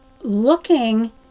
looking